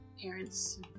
parents